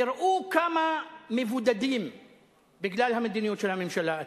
תראו כמה מבודדים אתם בגלל המדיניות של הממשלה.